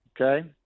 okay